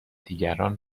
دیگران